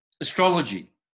astrology